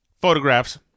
photographs